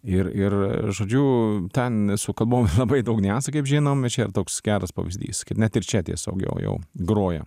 ir ir žodžiu ten su kalbom labai daug niuansų kaip žinom čia toks geras pavyzdys kai net ir čia tiesiog jo jau groja